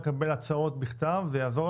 י' בטבת התשפ"ב,